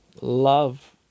love